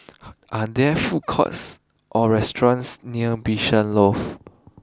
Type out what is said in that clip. are there food courts or restaurants near Bishan Loft